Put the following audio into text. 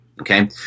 Okay